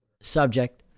subject